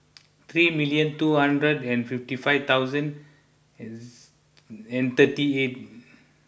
three million two hundred and fifty five thousand and thirty eight